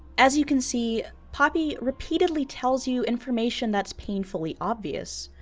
as you can see, poppy repeatedly tells you information that's painfully obvious.